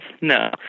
No